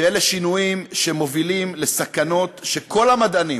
אלה שינויים שמובילים לסכנות שכל המדענים